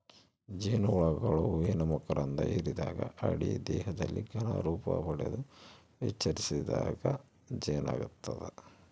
ಜೇನುಹುಳುಗಳು ಹೂವಿನ ಮಕರಂಧ ಹಿರಿದಾಗ ಅಡಿ ದೇಹದಲ್ಲಿ ಘನ ರೂಪಪಡೆದು ವಿಸರ್ಜಿಸಿದಾಗ ಜೇನಾಗ್ತದ